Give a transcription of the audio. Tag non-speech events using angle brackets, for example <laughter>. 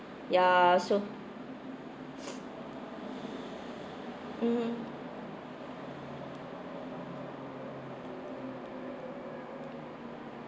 ya so <breath> mmhmm